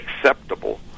Acceptable